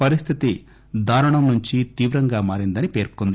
పరిస్దితి దారుణం నుంచి తీవ్రంగా మారిందని పేర్కొంది